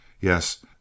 Yes